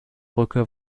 brücke